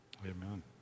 Amen